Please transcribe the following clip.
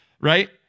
right